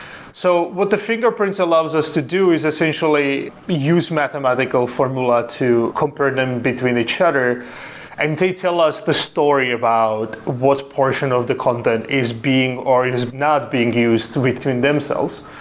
so what the finger prints allows us to do is essentially use mathematical formula to compare them between each other and detail us the story about what's portion of the content is being or is not being used between themselves.